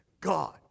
God